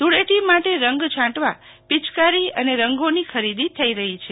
ધુળેટી માટે રંગ છાંટવા પિચકારી અને રંગોની ખરીદી થઈ રહી છે